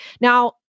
Now